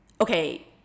Okay